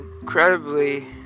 incredibly